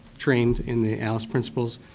trained in the alice principles.